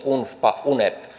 unfpa unep